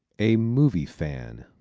a movie fan